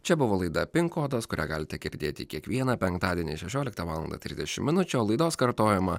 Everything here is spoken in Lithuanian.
čia buvo laida pink kodas kurią galite girdėti kiekvieną penktadienį šešioliktą valandą trisdešim minučių o laidos kartojimą